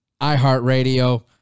iHeartRadio